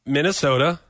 Minnesota